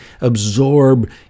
absorb